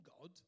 God